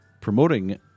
promoting